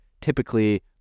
typically